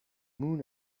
moon